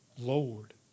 Lord